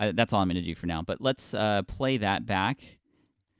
ah that's all i'm gonna do for now, but let's play that back.